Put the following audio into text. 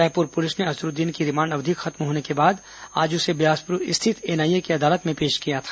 Raipur police ने अजरूद्दीन की remand अवधि खत्म होने के बाद आज उसे बिलासपुर स्थित एनआईए की अदालत में पेश किया था